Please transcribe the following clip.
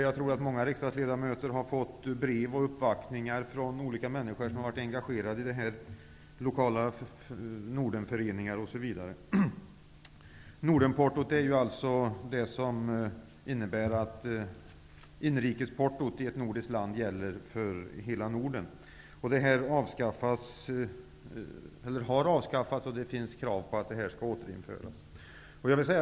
Jag tror att många riksdagsledamöter har fått brev och uppvaktningar från människor som har varit engagerade i detta, t.ex. lokala Nordenföreningar osv. Nordenportot innebär att inrikesportot i ett nordiskt land gäller för hela Norden. Det har avskaffats, och det finns krav på att det skall återinföras.